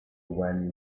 when